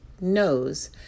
knows